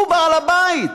הוא בעל הבית.